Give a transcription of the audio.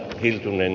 hiltunen